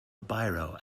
biro